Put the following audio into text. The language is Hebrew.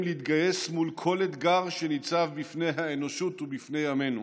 להתגייס מול כל אתגר שניצב בפני האנושות ובפני עמנו,